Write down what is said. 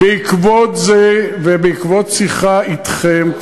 בעקבות זה ובעקבות שיחה אתכם,